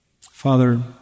Father